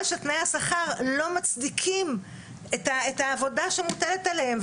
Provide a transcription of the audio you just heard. שתנאי השכר לא מצדיקים את העבודה שמוטלת עליהם.